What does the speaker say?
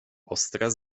ostre